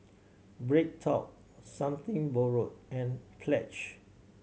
BreadTalk Something Borrowed and Pledge